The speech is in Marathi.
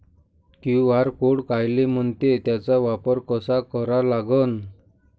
क्यू.आर कोड कायले म्हनते, त्याचा वापर कसा करा लागन?